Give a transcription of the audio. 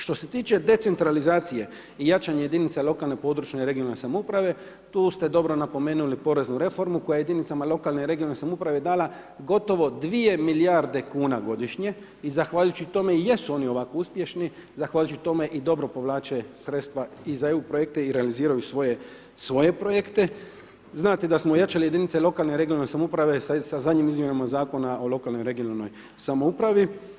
Što se tiče decentralizacije i jačanje jedinica lokalne i područne regionalne samouprave, tu ste dobro napomenuli poreznu reformu koja jedinicama lokalne regionalne samouprave dala gotovo 2 milijarde kuna godišnje i zahvaljujući tome jesu oni ovako uspješni, zahvaljujući tome i dobro povlače sredstva i za EU projekte i realiziraju svoje projekte, znate da smo jačali jedinice lokalne regionalne samouprave sa zadnjim izmjenama zakona o lokalnoj regionalnoj samoupravi.